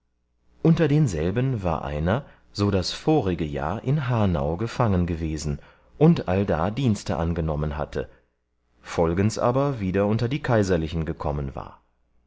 unter denselben war einer so das vorige jahr in hanau gefangen gewesen und allda dienste angenommen hatte folgends aber wieder unter die kaiserlichen kommen war